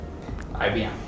IBM